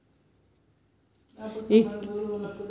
ఈ క్రెడిట్ యూనియన్లో సిప్ లు కట్టడం అంటారు కదా దీనిలోకి వత్తాయి